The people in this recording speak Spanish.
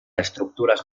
estructuras